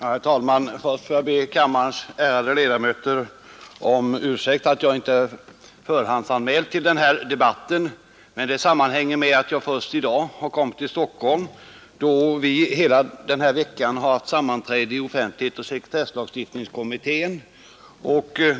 Herr talman! Jag ber kammarens ärade ledamöter om ursäkt för att jag inte förhandsanmält mig till denna debatt. Det sammanhänger med att jag först i dag kom till Stockholm, eftersom offentlighetsoch sekretesslagstiftningskommittén har sammanträtt hela denna vecka.